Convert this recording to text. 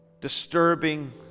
disturbing